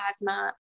asthma